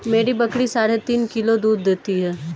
मेरी बकरी साढ़े तीन किलो दूध देती है